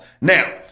now